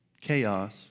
chaos